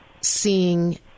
seeing